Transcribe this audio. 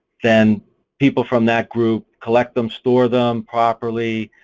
then people from that group collect them, store them properly,